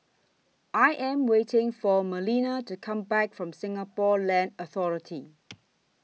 I Am waiting For Melina to Come Back from Singapore Land Authority